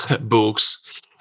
books